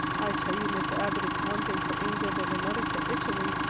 i tell you, miss abbott, it's one thing for england and another for italy.